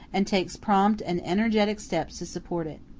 and takes prompt and energetic steps to support it.